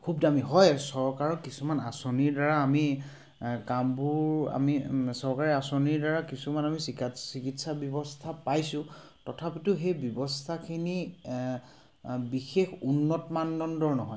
খুব দামী হয় চৰকাৰৰ কিছুমান আঁচনিৰ দ্বাৰা আমি কামবোৰ আমি চৰকাৰে আঁচনিৰ দ্বাৰা কিছুমান আমি চিকাৎ চিকিৎসা ব্যৱস্থা পাইছোঁ তথাপিতো সেই ব্যৱস্থাখিনি বিশেষ উন্নত মানদণ্ডৰ নহয়